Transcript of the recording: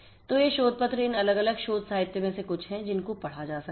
तो ये शोध पत्र इन अलग अलग शोध साहित्य में से कुछ हैं जिन को पढ़ा जा सकता है